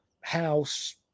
house